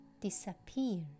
disappear